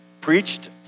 preached